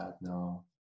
no